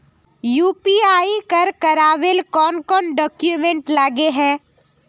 UPI कर करावेल कौन कौन डॉक्यूमेंट लगे है?